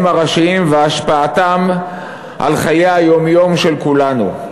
הראשיים והשפעתם על חיי היום-יום של כולנו.